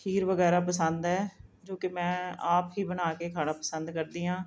ਖੀਰ ਵਗੈਰਾ ਪਸੰਦ ਹੈ ਜੋ ਕਿ ਮੈਂ ਆਪ ਹੀ ਬਣਾ ਕੇ ਖਾਣਾ ਪਸੰਦ ਕਰਦੀ ਹਾਂ